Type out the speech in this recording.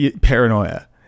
paranoia